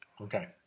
Okay